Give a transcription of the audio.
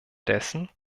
dessen